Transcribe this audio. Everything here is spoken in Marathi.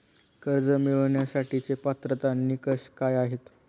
कर्ज मिळवण्यासाठीचे पात्रता निकष काय आहेत?